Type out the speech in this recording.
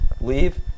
leave